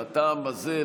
מהטעם הזה,